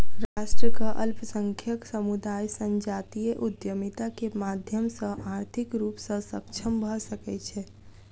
राष्ट्रक अल्पसंख्यक समुदाय संजातीय उद्यमिता के माध्यम सॅ आर्थिक रूप सॅ सक्षम भ सकै छै